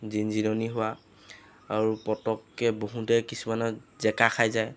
জিনজিননি হোৱা আৰু পটককৈ বহোঁতে কিছুমানৰ জেকা খাই যায়